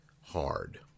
hard